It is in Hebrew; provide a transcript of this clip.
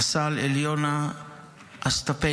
רס"ל אליונה אסטפנקו,